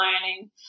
learning